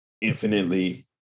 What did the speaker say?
infinitely